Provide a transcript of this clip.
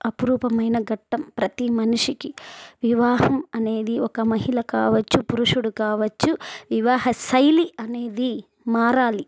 అపురూపమైన ఘట్టం ప్రతీ మనిషికి వివాహం అనేది ఒక మహిళ కావచ్చు పురుషుడు కావచ్చు వివాహ శైలి అనేది మారాలి